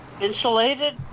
insulated